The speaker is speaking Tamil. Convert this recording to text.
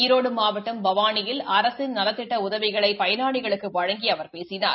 ஈரோடு மாவட்டம் பவானியில் அரசின் நலத்திட்ட உதவிகளை பயனாளிகளுக்கு வழங்கி அவர் பேசினார்